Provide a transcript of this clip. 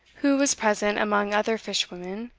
who was present among other fish-women,